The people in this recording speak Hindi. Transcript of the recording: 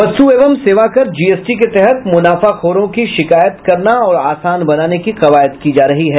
वस्तु एवं सेवाकर जीएसटी के तहत मुनाफाखोरों की शिकायत करना और आसान बनाने की कवायद की जा रही है